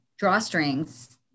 drawstrings